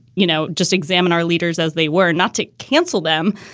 you know, just examine our leaders as they were, not to cancel them,